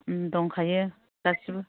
दंखायो गासैबो